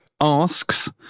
asks